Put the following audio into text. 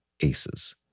ACEs